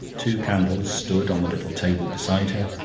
two candles stood on the little table beside her,